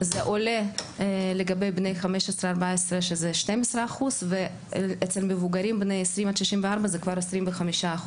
זה עולה לגבי בני 15-14 שזה 12% ובקרב מבוגרים בני 64-20 זה כבר 25%,